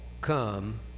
come